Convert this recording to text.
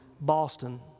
Boston